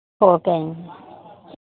okay అండి